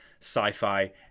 sci-fi